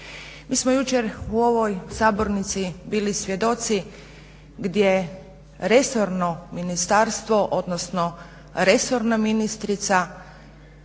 Mi smo jučer u ovoj sabornici bili svjedoci gdje resorno ministarstvo, odnosno resorna ministrica